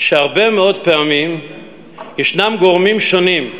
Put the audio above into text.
שהרבה מאוד פעמים ישנם גורמים שונים,